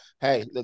hey